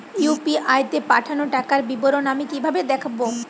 UPI তে পাঠানো টাকার বিবরণ আমি কিভাবে দেখবো?